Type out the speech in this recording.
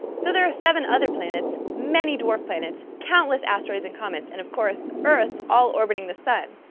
so there are seven other planets, many dwarf planets, countless asteroids and comets, and, of course, earth all orbiting the sun,